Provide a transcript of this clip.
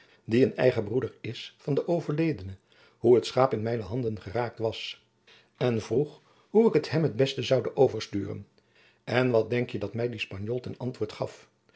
die een eigen broeder is van den overledene hoe het schaap in mijne handen geraakt was en vroeg hoe ik het hem best zoude oversturen en wat denk je dat mij die spanjool ten antwoord gaf